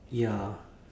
ya